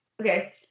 okay